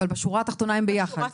אבל בשורה התחתונה הם ביחד.